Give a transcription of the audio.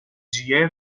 جیه